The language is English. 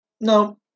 No